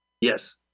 Yes